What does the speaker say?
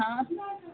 आ